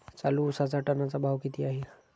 चालू उसाचा टनाचा भाव किती आहे?